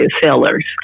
sellers